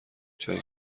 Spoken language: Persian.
جایی